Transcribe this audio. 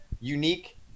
unique